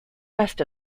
rest